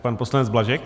Pan poslanec Blažek.